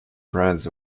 brands